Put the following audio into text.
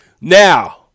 Now